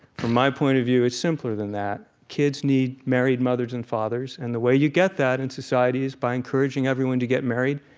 from my point of view, it's simpler than that. kids need married mothers and fathers, and the way you get that in society is by encouraging everyone to get married,